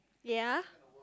ya